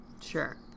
Sure